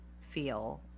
feel